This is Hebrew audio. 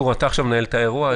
גור, אתה עכשיו מנהל את האירוע.